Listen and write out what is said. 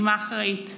עם האחראית,